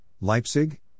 Leipzig